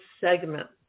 segment